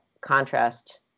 contrast